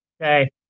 Okay